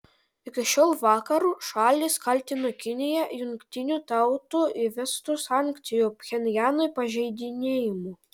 iki šiol vakarų šalys kaltino kiniją jungtinių tautų įvestų sankcijų pchenjanui pažeidinėjimu